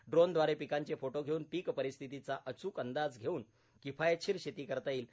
ड्रोनद्वारे पिकांचे फोटो घेऊन पीक परिस्थितीचा अचूक अंदाज घेऊन किफायतशीर शेती करता येईल